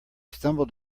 stumbled